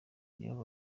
nibo